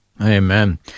amen